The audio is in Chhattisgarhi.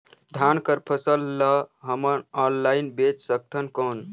धान कर फसल ल हमन ऑनलाइन बेच सकथन कौन?